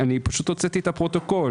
- הוצאתי את הפרוטוקול